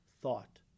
thought